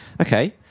Okay